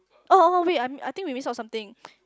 oh oh oh wait I'm I think we miss out something